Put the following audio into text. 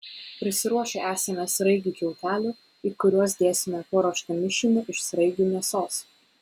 prisiruošę esame sraigių kiautelių į kuriuos dėsime paruoštą mišinį iš sraigių mėsos